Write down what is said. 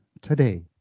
today